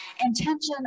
Intention